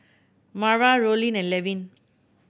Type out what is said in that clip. Marva Rollin and Levin